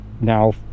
now